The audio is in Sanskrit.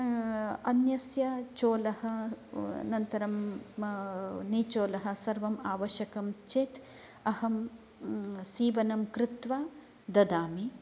अन्यस्यः चोलः अनन्तरं म निचोलः सर्वम् आवश्यकं चेत् अहं सीवनं कृत्वा ददामि